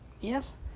Yes